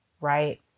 Right